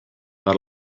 per